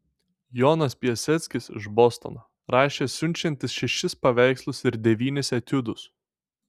jonas piaseckis iš bostono rašė siunčiantis šešis paveikslus ir devynis etiudus